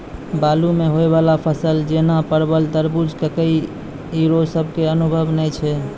बालू मे होय वाला फसल जैना परबल, तरबूज, ककड़ी ईकरो सब के अनुभव नेय छै?